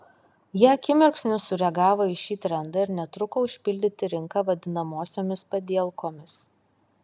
jie akimirksniu sureagavo į šį trendą ir netruko užpildyti rinką vadinamosiomis padielkomis